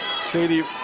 Sadie